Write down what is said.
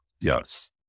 Yes